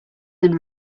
than